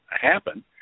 happen